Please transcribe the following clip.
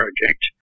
project